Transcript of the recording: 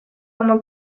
oma